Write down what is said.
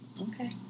Okay